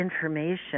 information